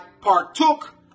partook